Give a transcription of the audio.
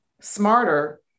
smarter